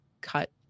cut